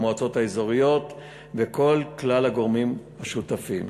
המועצות האזוריות וכל כלל הגורמים השותפים.